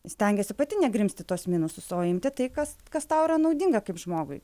stengiesi pati negrimzti į tuos minusus o imti tai kas kas tau yra naudinga kaip žmogui